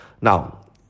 Now